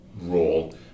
role